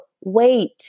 wait